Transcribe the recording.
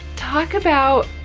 talk about